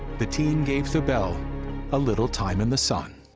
the team gave the belle a little time in the sun.